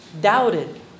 doubted